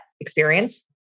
experience